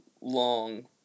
long